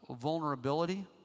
vulnerability